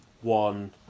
one